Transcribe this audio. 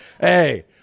Hey